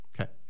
Okay